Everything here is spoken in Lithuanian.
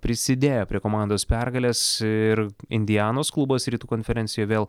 prisidėjo prie komandos pergalės ir indianos klubas rytų konferencijoje vėl